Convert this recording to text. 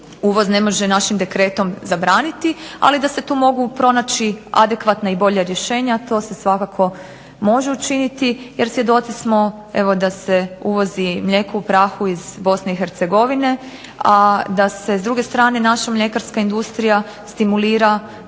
uvoz ne može našim dekretom zabraniti, ali da se tu mogu pronaći adekvatna i bolja rješenja to se svakako može učiniti jer svjedoci smo evo da se uvozi mlijeko u prahu iz Bosne i Hercegovine, a da se s druge strane naša mljekarska industrija stimulira sa